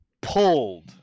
pulled